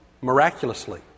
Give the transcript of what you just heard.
miraculously